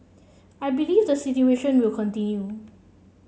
I believe the situation will continue